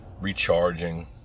Recharging